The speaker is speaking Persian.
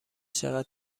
چقدر